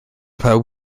pawb